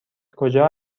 کجا